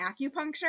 acupuncture